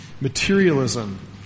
materialism